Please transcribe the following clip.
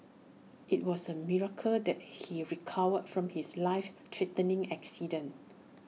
IT was A miracle that he recovered from his life threatening accident